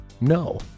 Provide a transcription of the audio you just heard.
No